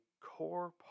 core